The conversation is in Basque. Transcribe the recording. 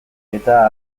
eta